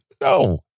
No